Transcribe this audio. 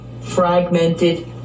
fragmented